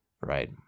right